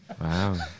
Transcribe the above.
Wow